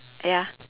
ya